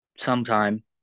Sometime